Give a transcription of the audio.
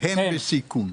הם לסיכום.